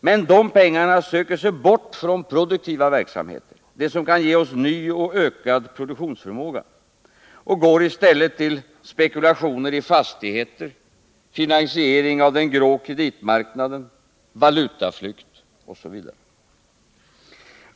Men de pengarna söker sig bort från produktiva verksamheter, det som kan ge oss ny och ökad produktionsförmåga, och går i stället till spekulationer i fastigheter, finansiering av den grå kreditmarknaden, valutaflykt osv.